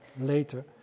later